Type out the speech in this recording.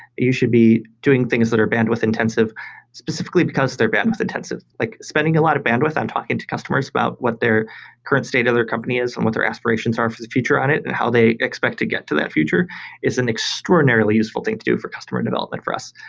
you should be doing things that are bandwidth intensive specifically because they're bandwidth intensive. like spending a lot of bandwidth on talking to customers about what they're current state of their company is and what their aspirations are for the future on it and how they expect to get to that future is an extraordinarily useful thing to do for customer development for us.